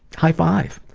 high five.